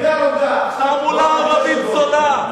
תעמולה ערבית זולה.